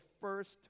first